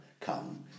come